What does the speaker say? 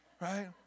right